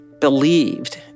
believed